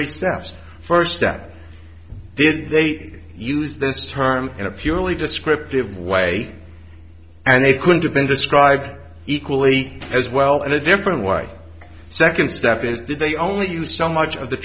steps first step did they use this term in a purely descriptive way and it couldn't have been described equally as well in a different way second step is did they only use so much of the